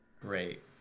great